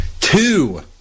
Two